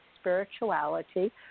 Spirituality